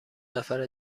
نفر